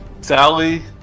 Sally